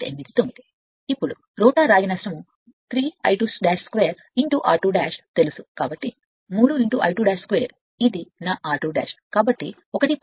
ఇప్పుడు రోటర్ రాగి నష్టం 3 I2 2 r2 తెలుసు కాబట్టి 3 ఇది నా I2 2 ఇది నా r2 కాబట్టి 1